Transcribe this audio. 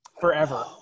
Forever